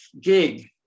gig